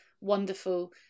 wonderful